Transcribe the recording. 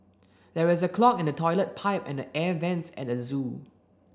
there is a clog in the toilet pipe and the air vents at the zoo